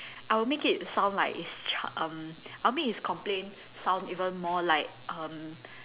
I'll make it sound like is ch~ um I'll make his complaint sounds even more like um